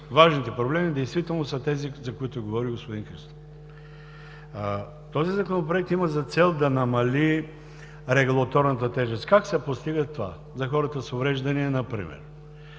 Важните проблеми действително са тези, за които говори господин Христов. Този Законопроект има за цел да намали регулаторната тежест. Как се постига това за хората с увреждания например?